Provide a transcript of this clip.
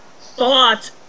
thought